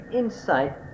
insight